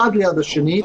אחד ליד השני,